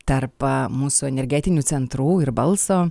tarp mūsų energetinių centrų ir balso